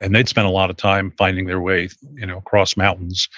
and they'd spent a lot of time finding their way you know across mountains